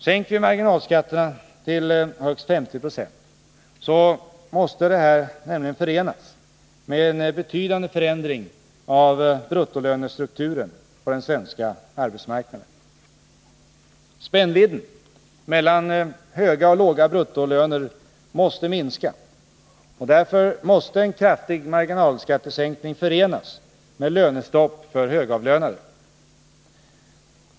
Sänker vi marginalskatterna till högst 50 96, måste detta nämligen förenas med en betydande förändring av bruttolönestrukturen på den svenska arbetsmarknaden. Spännvidden mellan höga och låga bruttolöner måste minska. Därför måste en kraftig marginalskattesänkning förenas med lönestopp för högavlönade.